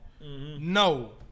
No